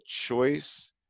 choice